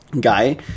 guy